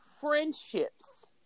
friendships